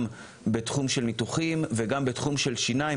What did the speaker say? בתחום של ניתוחים וגם בתחום של שיניים.